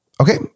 Okay